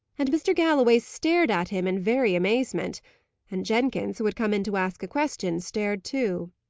and mr. galloway stared at him in very amazement and jenkins, who had come in to ask a question, stared too.